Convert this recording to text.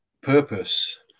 purpose